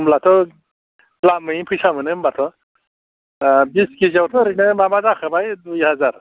होनब्लाथ' द्लामैनो फैसा मोनो होनबाथ' बिस केजि आवथ' ओरैनो माबा जाखाबाय दुइ हाजार